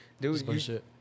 Dude